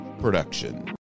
production